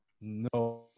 no